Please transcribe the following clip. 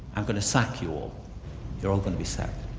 i'm going to sack you all. you're all going to be sacked.